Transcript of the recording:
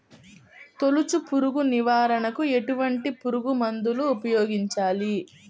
తొలుచు పురుగు నివారణకు ఎటువంటి పురుగుమందులు ఉపయోగించాలి?